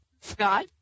Scott